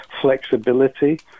Flexibility